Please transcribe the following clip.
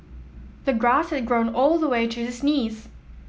the grass had grown all the way to his knees